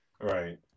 right